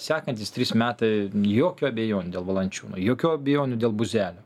sekantys trys metai jokių abejonių dėl valančiūno jokių abejonių dėl buzelio